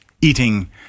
eating